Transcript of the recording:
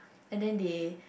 and then they